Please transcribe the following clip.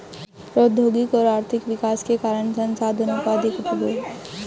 प्रौद्योगिक और आर्थिक विकास के कारण संसाधानों का अधिक उपभोग कैसे हुआ है?